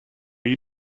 you